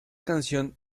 canción